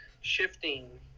shifting